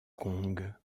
kong